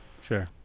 Sure